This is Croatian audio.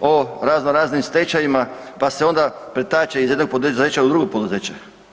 o raznoraznim stečajevima pa se onda pretače iz jednog poduzeća u drugo poduzeće.